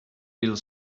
little